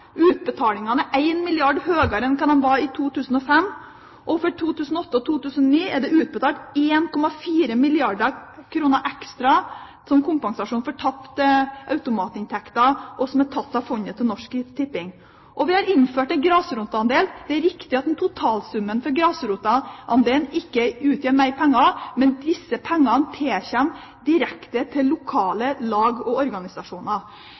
utbetalingene er 1 milliard kr høyere enn de var i 2005, og for 2008 og 2009 er det utbetalt 1,4 milliarder kr ekstra som kompensasjon for tapte automatinntekter, som er tatt av fondet til Norsk Tipping. Vi har innført en grasrotandel, og det er riktig at totalsummen for grasrotandelen ikke utgjør mer penger, men disse pengene tilkommer direkte lokale lag og organisasjoner.